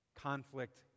Conflict